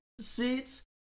Seats